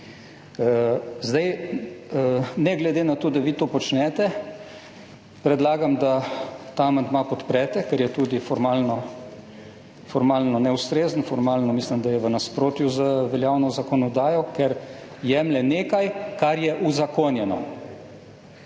Ne glede na to, da vi to počnete, predlagam, da ta amandma podprete, ker je tudi formalno neustrezen. Formalno mislim, da je v nasprotju z veljavno zakonodajo, ker jemlje nekaj, kar je uzakonjeno.